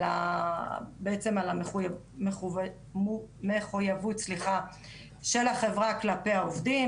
בעצם על המחוייבות של החברה כלפי העובדים.